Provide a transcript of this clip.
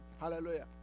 Hallelujah